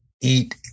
eat